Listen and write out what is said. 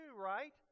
right